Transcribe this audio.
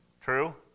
True